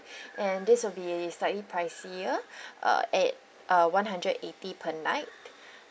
and this will be slightly pricier uh at uh one hundred eighty per night